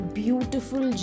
beautiful